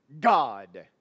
God